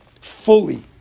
fully